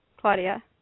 Claudia